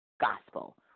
gospel